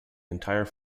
entire